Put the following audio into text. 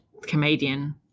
comedian